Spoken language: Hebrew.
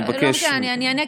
לא משנה, אני אענה.